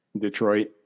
Detroit